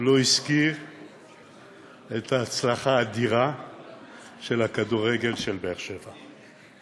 לא הזכיר את ההצלחה האדירה בכדורגל, של באר שבע.